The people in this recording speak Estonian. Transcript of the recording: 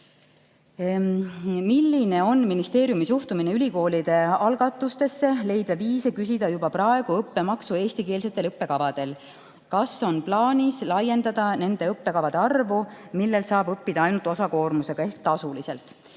"Milline on ministeeriumi suhtumine ülikoolide algatustesse leida viise küsida juba praegu õppemaksu eestikeelsetel õppekavadel? Kas on plaanis laiendada nende õppekavade arvu, millel saab õppida ainult osakoormusega ehk tasuliselt?"